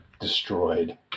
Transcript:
destroyed